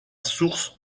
source